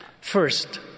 First